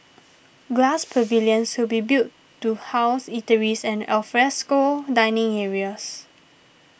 glass pavilions will be built to house eateries and alfresco dining areas